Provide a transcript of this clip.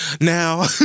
now